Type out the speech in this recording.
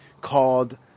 called